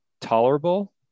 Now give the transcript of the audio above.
tolerable